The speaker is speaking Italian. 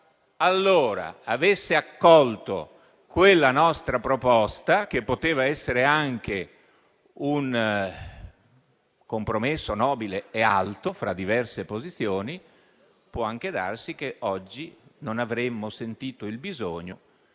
allora avesse accolto quella nostra proposta, che poteva essere anche un compromesso nobile e alto fra diverse posizioni, può anche darsi che oggi non avremmo sentito il bisogno